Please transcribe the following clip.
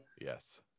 Yes